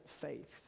faith